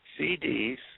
CDs